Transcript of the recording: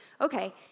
okay